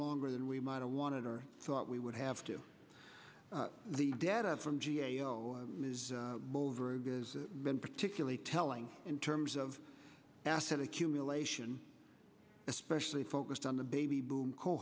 longer than we might have wanted or thought we would have to the data from g a o has been particularly telling in terms of asset accumulation especially focused on the baby boom